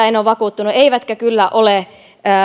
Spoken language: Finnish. en ole vakuuttunut eivätkä kyllä ole